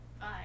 Bye